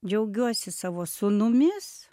džiaugiuosi savo sūnumis